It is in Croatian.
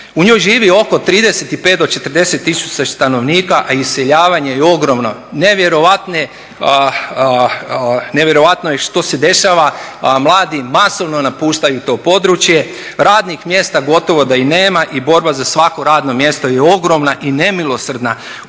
U njoj živi oko 35 do 40 tisuća stanovnika, a iseljavanje je ogromno. Nevjerojatno je što se dešava, mladi masovno napuštaju to područje, radnih mjesta gotovo da i nema i borba za svako radno mjesto je ogromna i nemilosrdna.